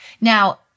Now